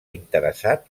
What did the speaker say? interessat